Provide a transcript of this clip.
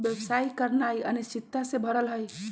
व्यवसाय करनाइ अनिश्चितता से भरल हइ